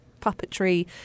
puppetry